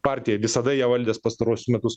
partija visada ją valdęs pastaruosius metus